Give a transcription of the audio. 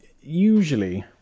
usually